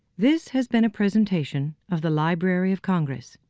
this has been a presentation of the library of congress.